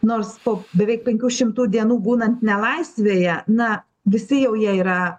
nors po beveik penkių šimtų dienų būnant nelaisvėje na visi jau jie yra